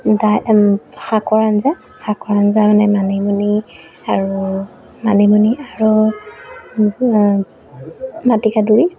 শাকৰ আঞ্জা শাকৰ আঞ্জা মানে মানিমুনি আৰু মানিমুনি আৰু মাটি কাদুুৰী